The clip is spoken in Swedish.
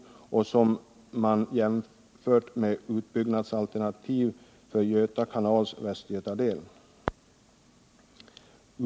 Dessa kalkyler har jämförts med utbyggnadsalternativ för Göta kanals västgötadel.